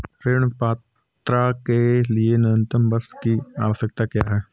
ऋण पात्रता के लिए न्यूनतम वर्ष की आवश्यकता क्या है?